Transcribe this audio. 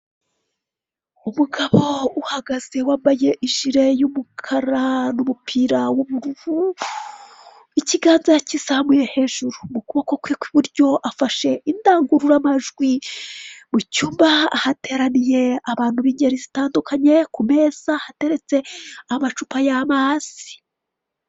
Ikiraro kinini gikomeye gifite umuhanda hejuru n'undi muhanda uca munsi yacyo, hejuru hari kunyuramo ikinyabiziga gitwara abagenzi, munsi y'ikiraro hari umuhanda uri kunyuramo ibinyabiziga bitandukanye harimo imodoka, ipikipiki n'amagare.